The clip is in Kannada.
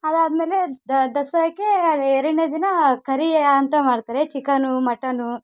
ಅದಾದಮೇಲೆ ದಸರಾಕ್ಕೆ ಎರಡನೇ ದಿನ ಕರಿಯೆಯ ಅಂತ ಮಾಡ್ತಾರೆ ಚಿಕನು ಮಟನು